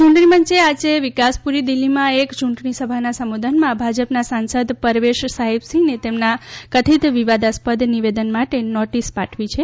ચૂંટણીપંચે આજે વિકાસપુરી દિલ્ફીમાં એક ચૂંટણીસભાના સંબોધનમાં ભાજપના સાંસદ પરવેશ સાહિબસિંહને તેમના કથિત વિવાદાસ્પદ નિવેદન માટે નોટીસ પાઠવી છે